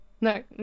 No